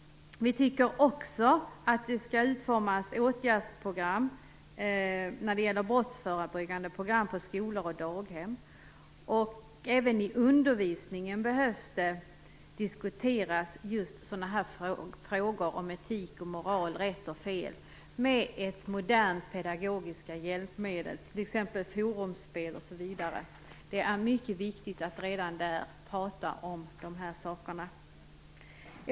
Vi tycker också att det skall utformas åtgärdsprogram för brottsförebyggande program på skolor och daghem. Frågor om etik och moral, rätt och fel behöver även diskuteras i undervisningen med hjälp av moderna pedagogiska hjälpmedel, t.ex. forumspel osv. Det är mycket viktigt att prata om dessa saker redan där.